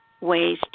ways